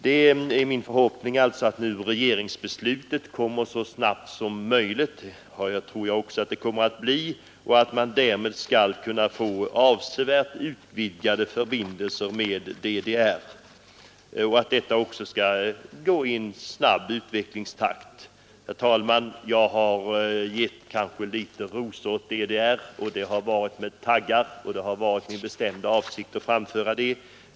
Det är min förhoppning att regeringen fattar beslut i denna fråga så snabbt som möjligt — vilket jag också tror kommer att ske — och att vi därmed får avsevärt utvidgade förbindelser med DDR samt att de förbindelserna utvecklas i snabb takt. Jag har överräckt några välkomstrosor åt DDR, men de har varit försedda med taggar. Det har varit avsiktligt; jag har velat visa på också den saken. Herr talman!